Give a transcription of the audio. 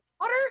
water